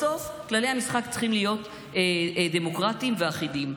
בסוף כללי המשחק צריכים להיות דמוקרטיים ואחידים.